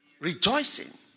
Rejoicing